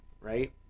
right